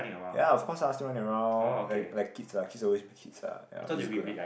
ya of course ah still running around like like kids lah kids always be kids ah ya which is good ah